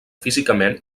físicament